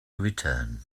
return